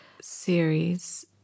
series